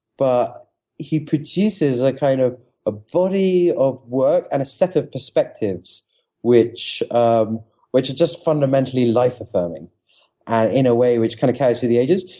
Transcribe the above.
but he produces ah kind of a body of work and a set of perspectives which um which are just fundamentally life affirming in a way which kind of carries through the ages.